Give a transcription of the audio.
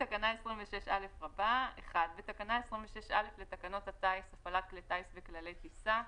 בתקנה 26א לתקנות הטיס (הפעלת כלי טיס וכללי טיסה),